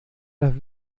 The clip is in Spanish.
las